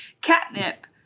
catnip